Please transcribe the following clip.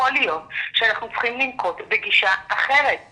יכול להיות שאנחנו צריכים לנקוט בגישה אחרת.